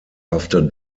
after